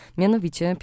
mianowicie